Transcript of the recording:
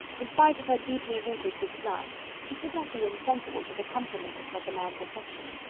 in spite of her deeply-rooted dislike, she could not be insensible to the compliment of such a man's affection,